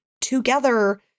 together